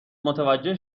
متوجه